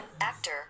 actor